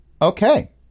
Okay